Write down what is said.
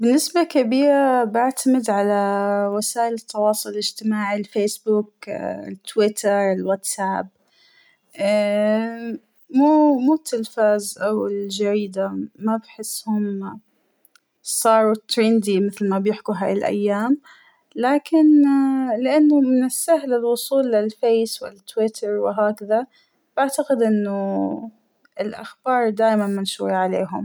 بنسبة كبيرة بعتمد على وسايل التواصل الإجتماعى ، الفيس بوك التويتر الواتس آب ، مو - مو التلفاز أو الجريدة ، ما بحثهم صاروا تريندى مثل ما بيحكوا هاى الأيام ، لكن اا- لأنه من السهل الوصول للفيس والتويتر وهكذا ، بعتقد إنه الأخبار دايماًمنشورة عليهم.